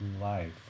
life